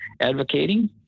advocating